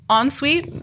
ensuite